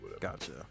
Gotcha